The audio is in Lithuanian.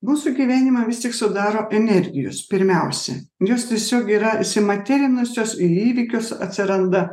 mūsų gyvenimą vis tik sudaro energijos pirmiausia jos tiesiog yra įsimaterinusios į įvykius atsiranda